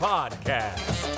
Podcast